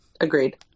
Agreed